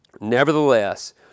Nevertheless